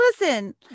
listen